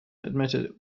admitted